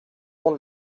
pont